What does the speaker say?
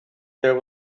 there